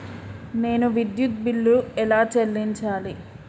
నేను విద్యుత్ బిల్లు ఎలా చెల్లించాలి?